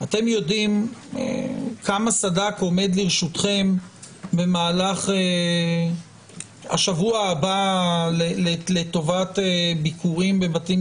אתם יודעים כמה סד"כ עומד לרשותכם במהלך השבוע הבא לטובת ביקורים בבתים